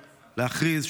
להכריז,